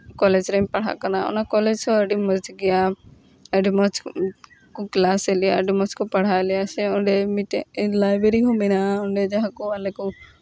college ᱨᱮᱧ ᱯᱟᱲᱦᱟᱜ ᱠᱟᱱᱟ ᱚᱱᱟ ᱠᱚᱞᱮᱡᱽ ᱦᱚᱸ ᱟᱹᱰᱤ ᱢᱚᱡᱽ ᱜᱮᱭᱟ ᱟᱹᱰᱤ ᱢᱚᱡᱽ ᱠᱚ ᱠᱞᱟᱥᱮᱜ ᱞᱮᱭᱟ ᱟᱹᱰᱤ ᱢᱚᱡᱽ ᱠᱚ ᱯᱟᱲᱦᱟᱣᱮᱜ ᱞᱮᱭᱟ ᱥᱮ ᱚᱸᱰᱮ ᱢᱤᱫᱴᱮᱡ ᱞᱟᱭᱵᱨᱮᱨᱤ ᱦᱚᱸ ᱢᱮᱱᱟᱜᱼᱟ ᱡᱟᱦᱟᱸ ᱠᱚ ᱟᱞᱮ ᱠᱚ